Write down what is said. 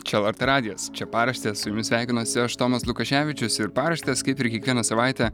čia lrt radijas čia paraštės su jumis sveikinasi aš tomas lukaševičius ir paraštės kaip ir kiekvieną savaitę